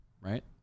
right